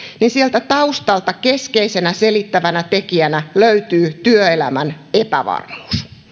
niin sieltä taustalta keskeisenä selittävänä tekijänä löytyy työelämän epävarmuus